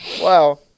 Wow